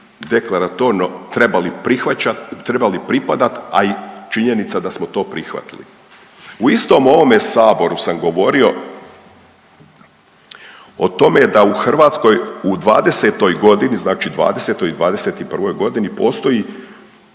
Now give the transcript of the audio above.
prihvaćat, trebali pripadat, a i činjenica da smo to prihvatili. U istom ovome saboru sam govorio o tome da u Hrvatskoj u '20. godini, znači '20. i '21. postoji